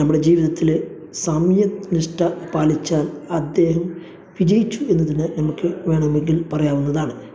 നമ്മുടെ ജീവിതത്തിൽ സമയ നിഷ്ഠ പാലിച്ചാൽ അദ്ദേഹം വിജയിച്ചു എന്ന് തന്നെ നമുക്ക് വേണമെങ്കിൽ പറയാവുന്നതാണ്